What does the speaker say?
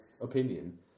opinion